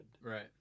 Right